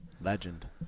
Legend